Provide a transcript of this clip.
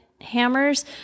Hammers